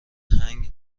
هنگ